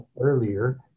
earlier